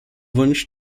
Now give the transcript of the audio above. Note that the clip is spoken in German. wunsch